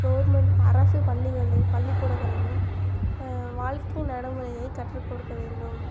government அரசு பள்ளிகளில் பள்ளிக்கூடங்களிலும் வாழ்க்கை நடைமுறையை கற்றுக்கொடுக்க வேண்டும்